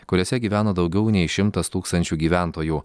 kuriose gyvena daugiau nei šimtas tūkstančių gyventojų